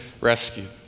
rescued